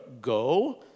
Go